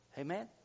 Amen